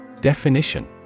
Definition